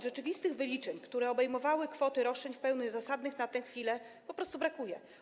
Rzeczywistych wyliczeń, które obejmowałyby kwoty roszczeń w pełni zasadnych, na tę chwilę po prostu brakuje.